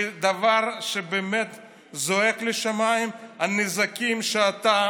והדבר שבאמת זועק לשמיים: הנזקים שאתה